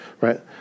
Right